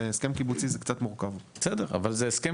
הסכם